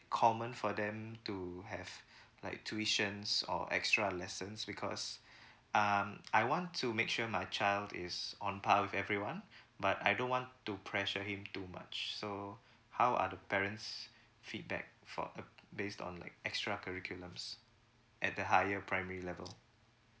common for them to have like tuitions or extra lessons because um I want to make sure my child is on par with everyone but I don't want to pressure him too much so how are the parents feedback for the based on like extra curriculums at the higher primary level